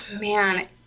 man